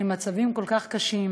עם מצבים כל כך קשים,